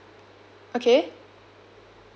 okay